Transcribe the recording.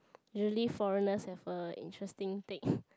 usually foreigners have a interesting take